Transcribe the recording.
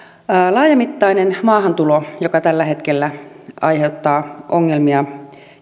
laajamittainen maahantulo joka tällä hetkellä aiheuttaa ongelmia